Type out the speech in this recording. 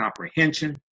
comprehension